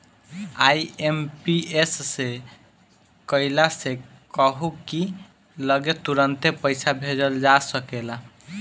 IMPS से कइला से कहू की लगे तुरंते पईसा भेजल जा सकेला